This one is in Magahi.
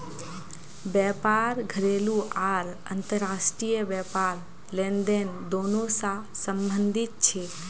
व्यापार घरेलू आर अंतर्राष्ट्रीय व्यापार लेनदेन दोनों स संबंधित छेक